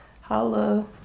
Holla